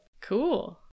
cool